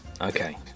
okay